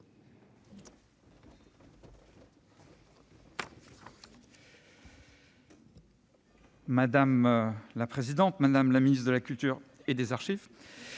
Madame la présidente, madame la ministre de la culture et des archives,